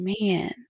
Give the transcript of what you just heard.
Man